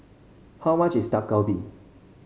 how much is Dak Galbi